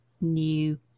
new